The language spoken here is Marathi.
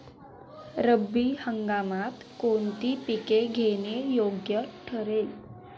रब्बी हंगामात कोणती पिके घेणे योग्य ठरेल?